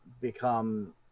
become